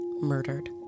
murdered